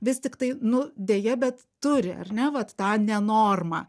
vis tiktai nu deja bet turi ar ne vat tą ne normą